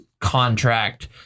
contract